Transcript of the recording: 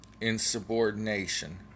insubordination